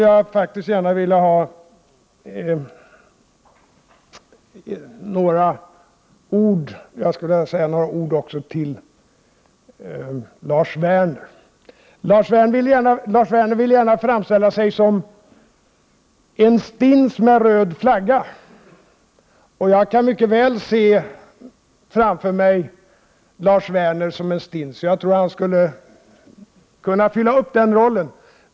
Jag skulle också vilja säga några ord till Lars Werner. Han vill gärna framställa sig själv som en stins med röd flagga. Jag kan mycket väl se framför mig Lars Werner som en stins. Jag tror att han skulle kunna uppfylla den rollen.